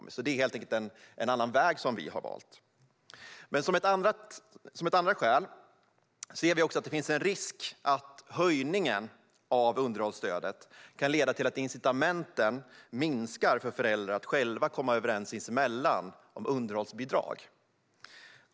Vi har helt enkelt valt en annan väg. Ett ytterligare skäl är att det finns en risk att höjningen av underhållsstödet kan leda till att incitamenten minskar för föräldrar att själva komma överens sinsemellan om underhållsbidrag.